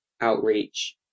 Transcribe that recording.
outreach